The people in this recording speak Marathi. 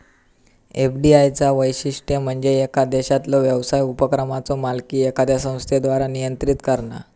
एफ.डी.आय चा वैशिष्ट्य म्हणजे येका देशातलो व्यवसाय उपक्रमाचो मालकी एखाद्या संस्थेद्वारा नियंत्रित करणा